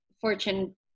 fortune